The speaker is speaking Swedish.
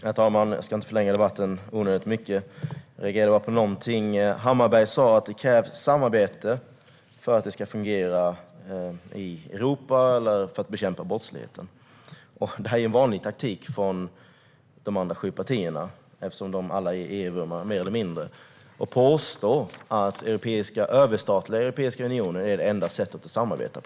Herr talman! Jag ska inte förlänga debatten onödigt mycket. Men jag reagerade på att Krister Hammarbergh sa att det krävs samarbete i Europa för att det ska fungera att bekämpa brottsligheten. Det är en vanlig taktik från de andra sju partierna, eftersom de alla är mer eller mindre EU-vurmare, att påstå att den överstatliga Europeiska unionen är det enda sättet att samarbeta.